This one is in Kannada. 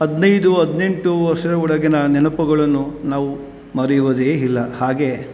ಹದಿನೈದು ಹದಿನೆಂಟು ವರ್ಷ ಒಳಗಿನ ನೆನಪುಗಳನ್ನು ನಾವು ಮರೆಯುವುದೇ ಇಲ್ಲ ಹಾಗೇ